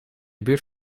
buurt